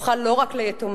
הפכה לא רק ליתומה,